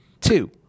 two